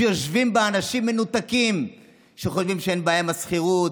שיושבים בה אנשים מנותקים שחושבים שאין בעיה עם השכירות,